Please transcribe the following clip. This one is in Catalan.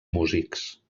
músics